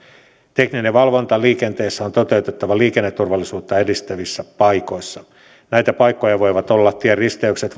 tekninen valvonta liikenteessä on toteutettava liikenneturvallisuutta edistävissä paikoissa näitä paikkoja voivat olla tienristeykset